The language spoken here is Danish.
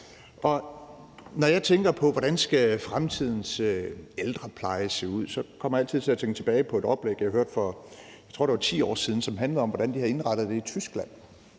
Når jeg tænker på, hvordan fremtidens ældrepleje skal se ud, kommer jeg altid til at tænke tilbage på et oplæg, jeg hørte for, jeg tror, det var 10 år siden, som handlede om, hvordan de har indrettet det i Tyskland,